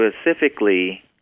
specifically